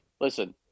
listen